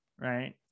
right